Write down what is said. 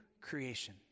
creation